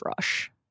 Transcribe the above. rush